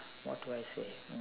what do I say mm